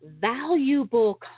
valuable